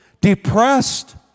depressed